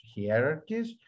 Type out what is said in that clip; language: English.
hierarchies